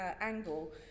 angle